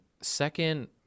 second